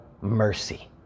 mercy